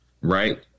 right